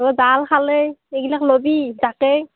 জাল খালৈ এইবিলাক ল'বি জাকৈ